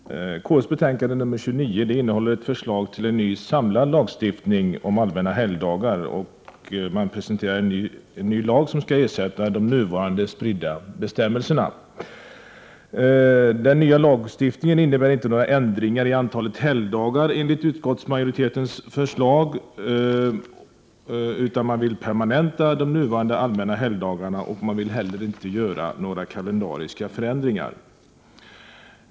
Herr talman! Konstitutionsutskottets betänkande 29 innehåller förslag till en ny samlad lagstiftning om allmänna helgdagar. Man presenterar en ny lag, som skall ersätta de nuvarande spridda bestämmelserna. Enligt utskottsmajoritetens förslag innebär inte den nya lagstiftningen någon ändring av antalet helgdagar, utan man vill permanenta de nuvarande allmänna helgdagarna och man vill heller inte göra några kalendariska förändringar.